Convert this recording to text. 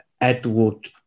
Edward